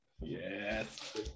Yes